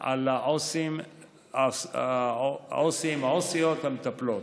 על העו"סים והעו"סיות המטפלים.